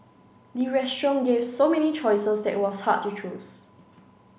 the restaurant gave so many choices that it was hard to choose